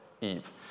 Eve